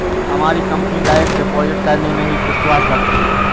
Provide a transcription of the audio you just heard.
हमारी company direct deposit करने में ही विश्वास रखती है